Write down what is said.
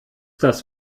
das